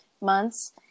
Months